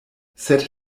sed